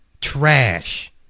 Trash